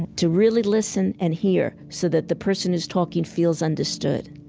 to really listen and hear so that the person who's talking feels understood.